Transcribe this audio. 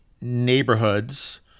neighborhoods